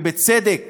ובצדק